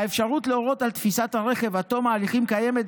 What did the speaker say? האפשרות להורות על תפיסת הרכב עד תום ההליכים קיימת,